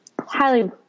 highly